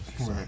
right